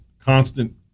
constant